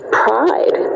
pride